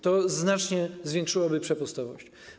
To znacznie zwiększyłoby przepustowość.